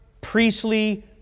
priestly